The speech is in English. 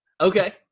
Okay